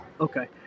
Okay